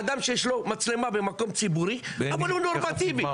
אדם שיש לו מצלמה במקום ציבורי, אבל הוא נורמטיבי.